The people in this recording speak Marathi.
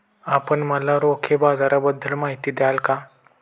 आपण मला रोखे बाजाराबद्दल माहिती द्याल का?